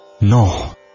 No